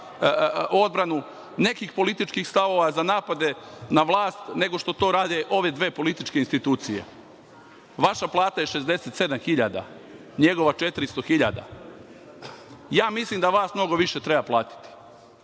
odbranu nekih političkih stavova, za napade na vlast, nego što to rade ove dve političke institucije. Vaša plata je 67.000, a njegova 400.000. Ja mislim da vas mnogo više treba platiti.